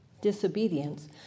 disobedience